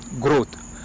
growth